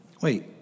Wait